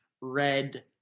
red